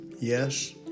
Yes